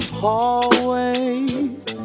hallways